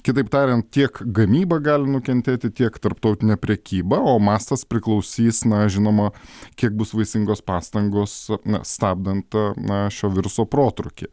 kitaip tariant tiek gamyba gali nukentėti tiek tarptautinė prekyba o mastas priklausys na žinoma kiek bus vaisingos pastangos stabdant na šio viruso protrūkį